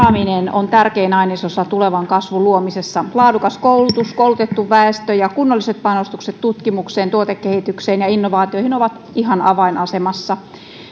on tärkein ainesosa tulevan kasvun luomisessa laadukas koulutus koulutettu väestö ja kunnolliset panostukset tutkimukseen tuotekehitykseen ja innovaatioihin ovat ihan avainasemassa